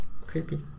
Creepy